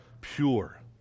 pure